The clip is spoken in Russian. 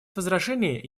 возражений